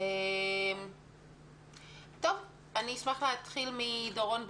אשמח להתחיל מדורון בראון,